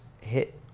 hit